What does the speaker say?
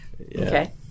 okay